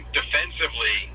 defensively